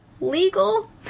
legal